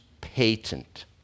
patent